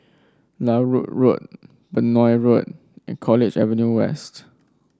Larut Road Benoi Road and College Avenue West